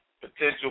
potential